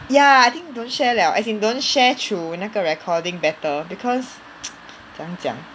ya I think don't share liao as in don't share through 那个 recording better because 怎样讲